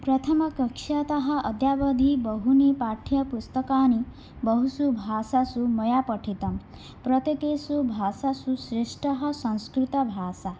प्रथमकक्षातः अद्यावधि बहूनि पाठ्यपुस्तकानि बहुषु भाषासु मया पठितं प्रत्येकेषु भाषासु श्रेष्ठा संस्कृतभाषा